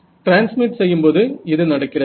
transmit செய்யும்போது இது நடக்கிறது